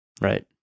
Right